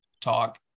talk